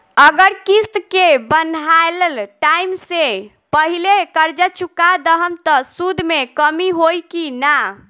अगर किश्त के बनहाएल टाइम से पहिले कर्जा चुका दहम त सूद मे कमी होई की ना?